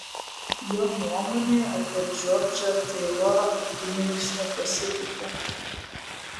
jo nuomonė apie džordžą teilorą akimirksniu pasikeitė